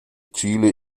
chile